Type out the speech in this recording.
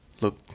look